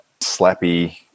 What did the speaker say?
slappy